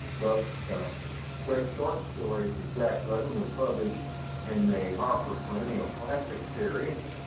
but great short stories of jack london was published in the harper perennial classic series